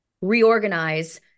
reorganize